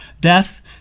death